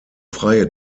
freie